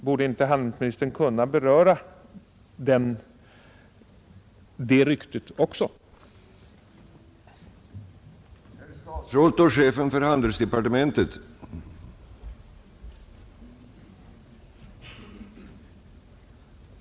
Borde inte handelsministern kunna beröra det ryktet också?